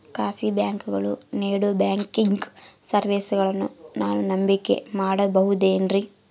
ಖಾಸಗಿ ಬ್ಯಾಂಕುಗಳು ನೇಡೋ ಬ್ಯಾಂಕಿಗ್ ಸರ್ವೇಸಗಳನ್ನು ನಾನು ನಂಬಿಕೆ ಮಾಡಬಹುದೇನ್ರಿ?